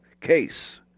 case